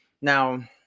Now